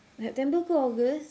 september ke august